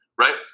right